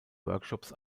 workshops